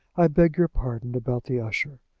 i beg your pardon about the usher.